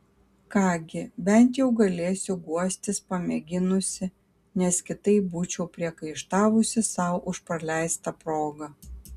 ką gi bent jau galėsiu guostis pamėginusi nes kitaip būčiau priekaištavusi sau už praleistą progą